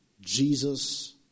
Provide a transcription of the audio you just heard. Jesus